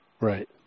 Right